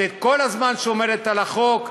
שכל הזמן שומרת על החוק,